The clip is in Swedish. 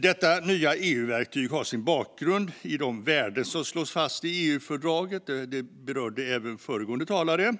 Detta nya EU-verktyg har sin bakgrund i de värden som slås fast i EU-fördraget, vilket även föregående talare berörde.